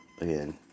again